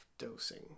Dosing